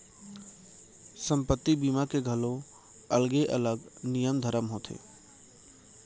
संपत्ति बीमा के घलौ अलगे अलग नियम धरम होथे